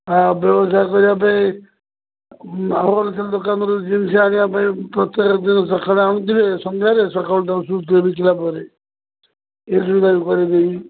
ଆ ବ୍ୟବସାୟ କରିବା ପାଇଁ ହୋଲସେଲ ଦୋକାନରୁ ଜିନିଷ ଆଣିବା ପାଇଁ ପ୍ରତ୍ୟେକ ଦିନ ସକାଳୁ ଆଣୁଥିବେ ସନ୍ଧ୍ୟାରେ ସକାଳୁ ତାକୁ ଶୁଝୁଥିବେ ବିକିଲା ପରେ ଏ ସୁବିଧା ବି କରେଇଦେବି